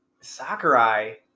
Sakurai